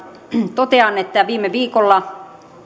totean että viime viikolla